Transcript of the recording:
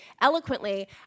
eloquently